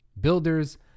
Builders